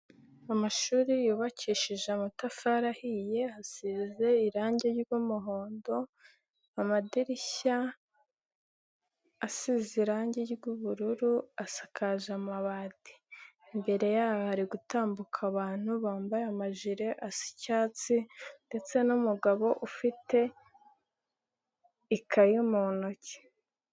Amashuri yubakishije amatafari ahiye asize irange ry'umuhondo, amadirishya asize irange ry'ubururu, asakaje amabati, imbere yaho hari gutambuka abantu bambaye amajire asa icyatsi ndetse n'umugabo ufite ikayi mu ntoki.